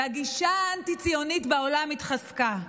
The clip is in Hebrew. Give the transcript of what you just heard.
והגישה האנטי-ציונית בעולם התחזקה.